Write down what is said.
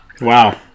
Wow